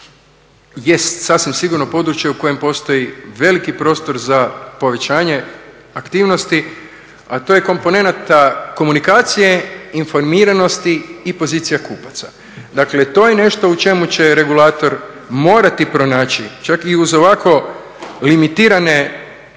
jest sasvim sigurno područje u kojem postoji veliki prostor za povećanje aktivnosti, a to je komponenta komunikacije, informiranosti i pozicija kupaca. Dakle to je nešto u čemu će regulator morati pronaći, čak i uz ovako limitirane